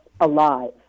alive